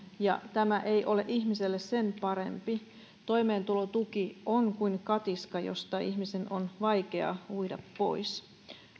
ja tämä ei ole ihmiselle sen parempi toimeentulotuki on kuin katiska josta ihmisen on vaikea uida pois